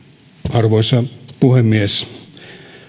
arvoisa puhemies